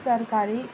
सरकारी